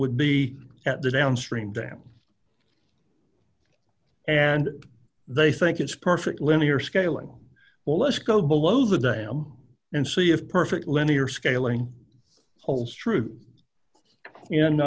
would be at the downstream dam and they think it's perfect linear scaling well let's go below the dam and see if perfect linear scaling holds true and